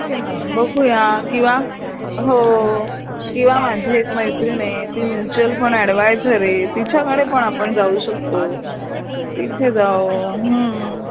बघूया किंवा हो किंवा माझी एक मैत्रीण आहे ती म्युच्युअल फंड ॲडवायझर आहे तिच्याकडे पण आपण जाऊ शकतो तिथे जाऊ हम्म